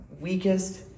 weakest